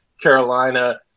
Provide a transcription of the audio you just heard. Carolina